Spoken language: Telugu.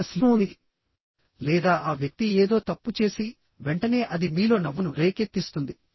ఒక స్లిప్ ఉంది లేదా ఆ వ్యక్తి ఏదో తప్పు చేసి వెంటనే అది మీలో నవ్వును రేకెత్తిస్తుంది